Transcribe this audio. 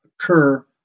occur